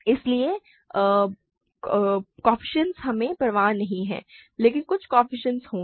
इसलिए गुणांक हमें परवाह नहीं है लेकिन कुछ कोएफ़िशिएंट्स होंगे